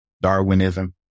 Darwinism